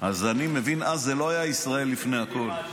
אז אני מבין, אז זה לא היה ישראל לפני הכול.